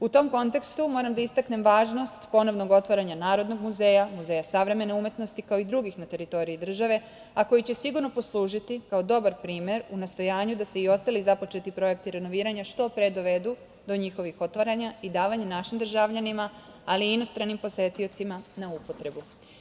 U tom kontekstu, moram da istaknem važnost ponovnog otvaranja Narodnog muzeja, Muzeja savremene umetnosti, kao i drugih na teritoriji države, a koji će sigurno poslužiti kao dobar primer u nastojanju da se i ostali započeti projekti renoviranja što pre dovedu do njihovih otvaranja i davanja našim državljanima, ali i inostranim posetiocima na upotrebu.